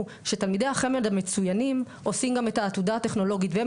שתלמידי החמ"ד המצויינים עושים גם את העתודה הטכנולוגית והם